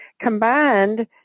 combined